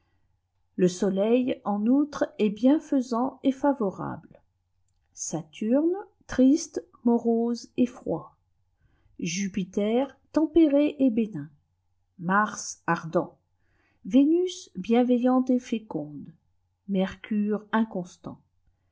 le soleil en outre est bienfaisant et avorable saturne triste morose et froid jupiter tempéré et bénin mars ardent vénus bienveillante et féconde mercure inconstant